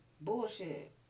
Bullshit